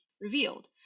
revealed